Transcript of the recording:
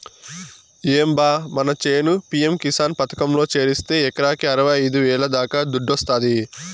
ఏం బా మన చేను పి.యం కిసాన్ పథకంలో చేరిస్తే ఎకరాకి అరవైఐదు వేల దాకా దుడ్డొస్తాది